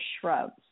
shrubs